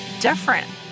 different